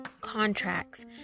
contracts